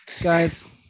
guys